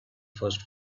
first